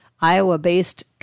Iowa-based